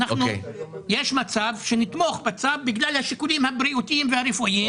יש מצב שנתמוך בצו בגלל השיקולים הבריאותיים והרפואיים,